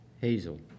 Hazel